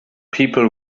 people